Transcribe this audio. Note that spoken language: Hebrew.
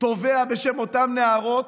תובע בשם אותן נערות,